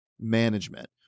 management